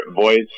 voice